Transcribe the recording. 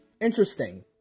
Interesting